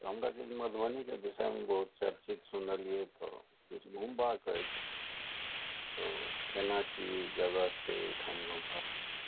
तऽ हमरा किछु मधुबनीके विषयमे बहुत चर्चित सुनलियै तऽ किछु घूमबाके अछि तऽ केना की जगह छै एहिठाम घूमबाके